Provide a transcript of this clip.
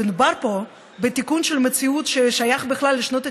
מדובר פה בתיקון של מציאות ששייכת בכלל לשנות ה-90.